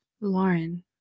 Lauren